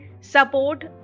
support